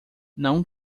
não